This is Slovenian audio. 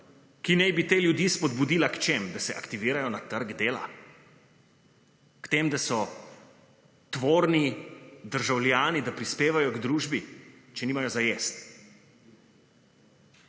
ki naj bi te ljudi spodbudila. K čem? Da se aktivirajo na trg dela, k tem, da so tvorni državljani, da prispevajo k družbi, če nimajo za jest.